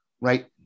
right